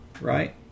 Right